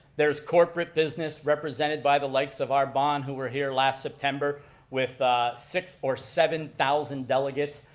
there's corporate business, represented by the likes of arbonne, who were here last september with six or seven thousand delegates.